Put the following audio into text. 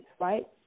right